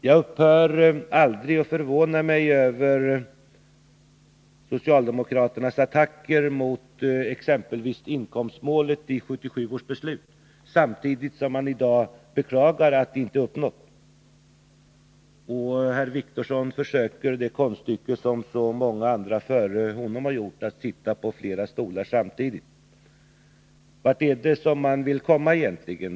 Jag upphör aldrig att förvåna mig över att socialdemokraterna attackerar exempelvis inkomstmålet i 1977 års beslut, samtidigt som de i dag beklagar att det inte uppnåtts. Herr Wictorsson försöker sig på det konststycke som så många andra före honom också har försökt sig på, nämligen att sitta på flera stolar samtidigt. Vart vill man komma egentligen?